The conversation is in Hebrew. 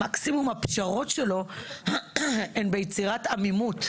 והפשרות שלו הן מקסימום ביצירת עמימות,